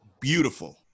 Beautiful